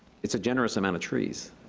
it's a generous amount of trees,